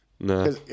No